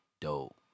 dope